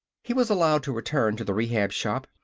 he was allowed to return to the rehab shop,